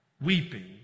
weeping